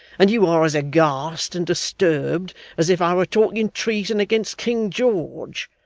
and you are as aghast and disturbed as if i were talking treason against king george.